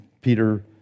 Peter